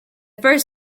first